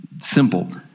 Simple